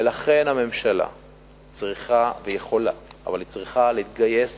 ולכן הממשלה צריכה ויכולה, אבל היא צריכה להתגייס